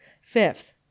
Fifth